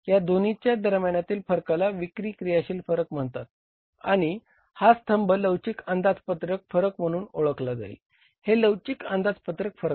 या दोन्हींच्या दरम्यानातील फरकाला विक्री क्रियाशील फरक म्हणतात आणि हा स्तंभ लवचिक अंदाजपत्रक फरक म्हणून ओळखला जाईल हे लवचिक अंदाजपत्रक फरक आहे